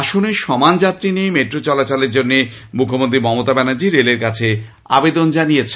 আসনের সমান যাত্রী নিয়ে মেট্রো চলাচলের জন্য মুখ্যমন্ত্রী মমতা ব্যানার্জি রেলের কাছে আবেদন জানিয়েছেন